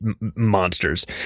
monsters